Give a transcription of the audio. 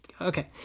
Okay